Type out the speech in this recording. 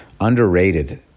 underrated